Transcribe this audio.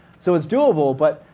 so it's doable, but